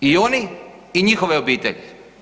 I oni i njihove obitelji.